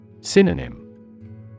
Synonym